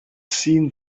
seen